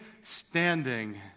standing